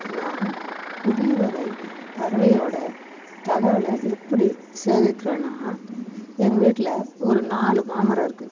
நான் புதிய வகை பறவையோடய தகவலை எப்படி சேகரிக்கிறேன்னால் எங்கள் வீட்டில் ஒரு நாலு மாமரம் இருக்குது